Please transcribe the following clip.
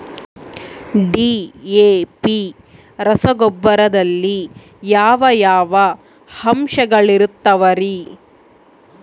DAP ರಸಗೊಬ್ಬರದಲ್ಲಿ ಯಾವ ಯಾವ ಅಂಶಗಳಿರುತ್ತವರಿ?